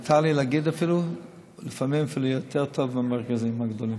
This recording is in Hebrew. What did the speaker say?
מותר לי להגיד: לפעמים אפילו יותר טוב מהמרכזים הגדולים,